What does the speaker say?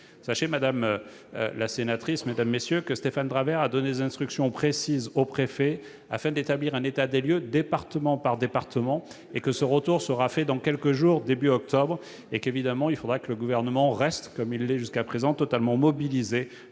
Madame la sénatrice, sachez que Stéphane Travert a donné des instructions précises aux préfets, afin d'établir un état des lieux département par département. Ce retour aura lieu dans quelques jours, début octobre. Bien entendu, il faudra que le Gouvernement reste, comme il l'a été jusqu'à présent, totalement mobilisé